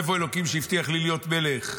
איפה אלוקים שהבטיח לי להיות מלך?